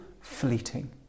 fleeting